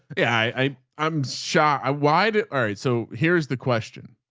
yeah i, i i'm shy. i wide. alright, so here's the question?